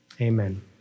Amen